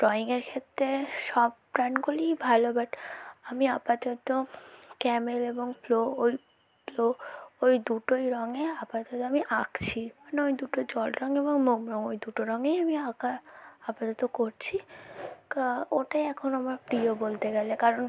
ড্রইংয়ের খেত্তে সব ব্র্যান্ডগুলিই ভালো বাট আমি আপাতত ক্যামেল এবং পোলো ওই পোলো ওই দুটোই রঙে আপাতত আমি আঁকছি মানে ওই দুটো জল রঙ এবং মোম রঙ ওই দুটো রঙেই আমি আঁকা আপাতত করছি তো ওটাই এখন আমার প্রিয় বলতে গেলে কারণ